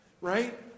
right